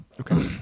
Okay